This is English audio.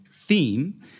theme